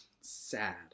sad